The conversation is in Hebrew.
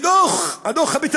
לפי הדוח הפתולוגי